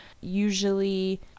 Usually